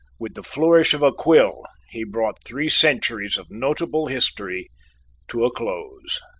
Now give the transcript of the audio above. with the flourish of a quill he brought three centuries of notable history to a close.